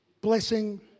blessing